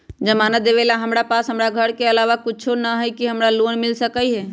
जमानत देवेला हमरा पास हमर घर के अलावा कुछो न ही का हमरा लोन मिल सकई ह?